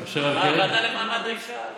הוועדה למעמד האישה.